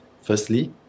Firstly